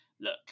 look